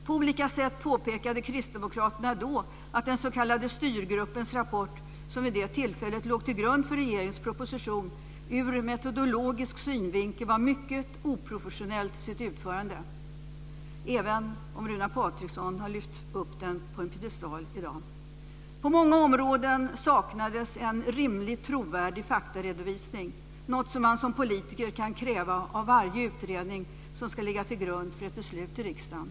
På olika sätt påpekade kristdemokraterna då att den s.k. styrgruppens rapport, som vid det tillfället låt till grund före regeringens proposition, ur metodologisk synvinkel var mycket oprofessionell till sitt utförande, även om Runar Patriksson har lyft upp den på en piedestal i dag. På många områden saknades en rimligt trovärdig faktaredovisning, något som man som politiker kan kräva av varje utredning som ska ligga till grund för ett beslut i riksdagen.